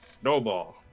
Snowball